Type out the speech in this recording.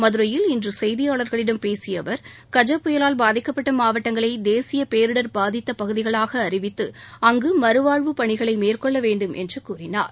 மதுரையில் இன்று செய்தியாளர்களிடம் பேசிய அவர் கஜ புயலால் பாதிக்கப்பட்ட மாவட்டங்களை தேசிய பேரிடர் பாதித்த பகுதிகளாக அறிவித்து அங்கு மறுவாழ்வு பணிகளை மேற்கொள்ள வேண்டும் என்று கூறினார்